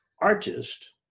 artist